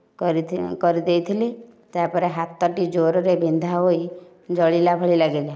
କରିଦେଇଥିଲି ତାପରେ ହାତଟି ଜୋରରେ ବିନ୍ଧା ହୋଇ ଜଳିବା ଭଳି ଲାଗିଲା